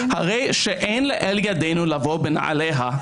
הרי שאין לאל ידינו לבוא בנעליה,